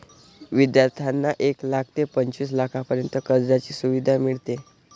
विद्यार्थ्यांना एक लाख ते पंचवीस लाखांपर्यंत कर्जाची सुविधा मिळते